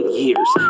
years